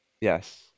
Yes